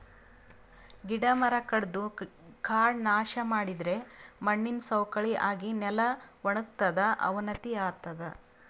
ಗಿಡ ಮರ ಕಡದು ಕಾಡ್ ನಾಶ್ ಮಾಡಿದರೆ ಮಣ್ಣಿನ್ ಸವಕಳಿ ಆಗಿ ನೆಲ ವಣಗತದ್ ಅವನತಿ ಆತದ್